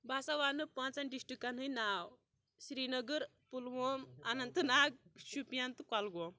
بہٕ سا وَنہٕ پانٛژھن ڈِسٹرکن ہِنٛدۍ ناو سری نَگٕر پُلووم اننت ناگ شُپین تہٕ کۄلگوم